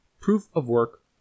Proof-of-work